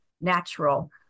natural